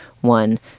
one